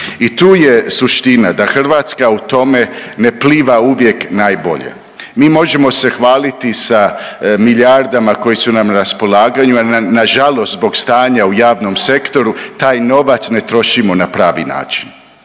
i tu je suština, da Hrvatska u tome ne pliva uvijek najbolje. Mi možemo se hvaliti sa milijardama koji su nam na raspolaganju, a nažalost zbog stanja u javnom sektoru, taj novac ne trošimo na pravi način,